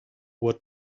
what